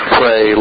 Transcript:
pray